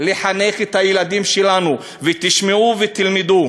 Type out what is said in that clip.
לחנך את הילדים שלנו, ותשמעו ותלמדו: